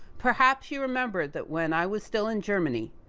perhaps, you remember that when i was still in germany,